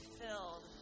filled